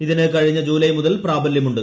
ഇതിന് കഴിഞ്ഞ ജൂലൈ മുതൽ പ്രാബല്യമുണ്ട്